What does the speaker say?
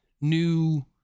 new